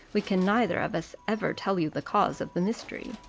we can neither of us ever tell you the cause of the mystery.